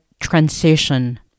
transition